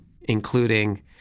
including